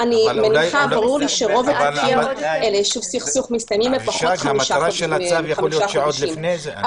אבל מטרת הצו יכול להיות שעוד לפני זה.